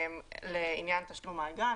לעניין תשלום האגרה.